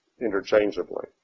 interchangeably